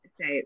say